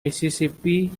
mississippi